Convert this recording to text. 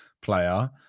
player